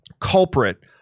culprit